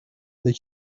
they